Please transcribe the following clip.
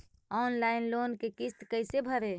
Online loan के किस्त कैसे भरे?